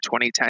2010